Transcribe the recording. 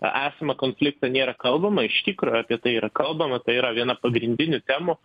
esamą konfliktą nėra kalbama iš tikro apie tai yra kalbama tai yra viena pagrindinių temų